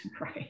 Right